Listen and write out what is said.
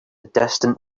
distant